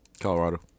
Colorado